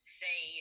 say